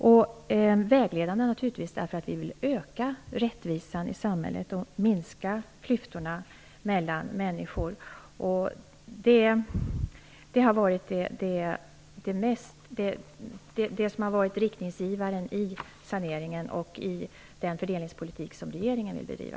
Den har varit vägledande därför att vi vill öka rättvisan i samhället och minska klyftorna mellan människor. Detta har varit riktningsgivaren i saneringen och i den fördelningspolitik som regeringen vill bedriva.